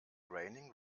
raining